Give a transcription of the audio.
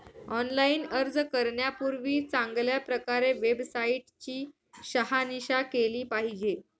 online अर्ज करण्यापूर्वी चांगल्या प्रकारे वेबसाईट ची शहानिशा केली पाहिजे